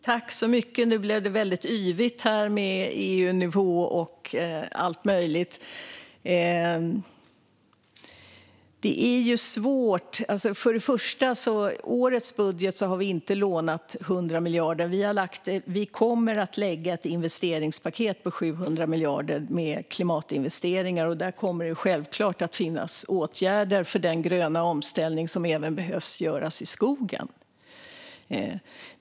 Herr talman! Nu blev det väldigt yvigt, med EU-nivå och allt möjligt. När det gäller årets budget har vi inte lånat 100 miljarder. Vi kommer att lägga fram ett investeringspaket på 700 miljarder med klimatinvesteringar, och där kommer det självklart att finnas åtgärder för den gröna omställning som även behöver göras i skogen.